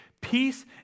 Peace